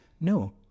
No